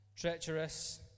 treacherous